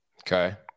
Okay